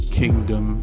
kingdom